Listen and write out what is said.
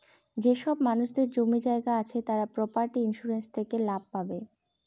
যেসব মানুষদের জমি জায়গা আছে তারা প্রপার্টি ইন্সুরেন্স থেকে লাভ পাবে